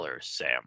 Sam